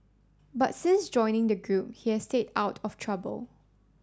but since joining the group he has stayed out of trouble